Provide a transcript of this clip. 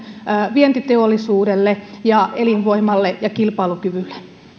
vientiteollisuudelle ja elinvoimalle ja kilpailukyvylle